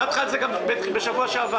אמרתי לך את זה גם בשבוע שעבר.